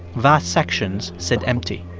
vast sections sit empty.